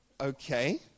okay